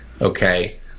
okay